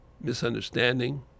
misunderstanding